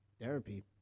therapy